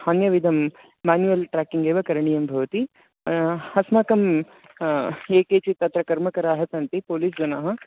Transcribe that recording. अन्यदिदं manual tracking एव करणीयं भवति अस्माकं ये केचित् तत्र कर्मकराः सन्ति पोलिस् जनाः